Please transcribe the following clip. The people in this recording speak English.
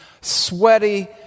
sweaty